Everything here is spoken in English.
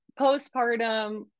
postpartum